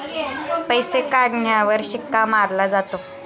पैसे काढण्यावर शिक्का मारला जातो